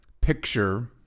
picture